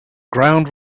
ground